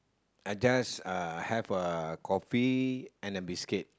I just uh have a coffee and a biscuit